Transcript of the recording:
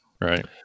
Right